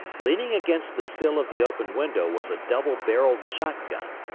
leaning against the sill of the open window was a double-barreled shotgun,